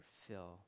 fill